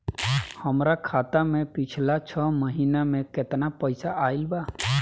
हमरा खाता मे पिछला छह महीना मे केतना पैसा आईल बा?